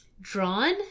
drawn